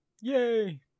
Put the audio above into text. Yay